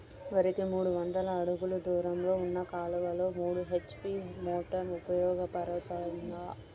వరికి మూడు వందల అడుగులు దూరంలో ఉన్న కాలువలో మూడు హెచ్.పీ మోటార్ ఉపయోగపడుతుందా?